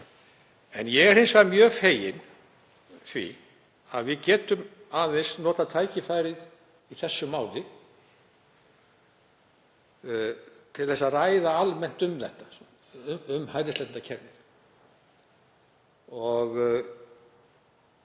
En ég er hins vegar mjög feginn því að við getum aðeins notað tækifærið í þessu máli til að ræða almennt um þetta, um hælisleitendakerfið.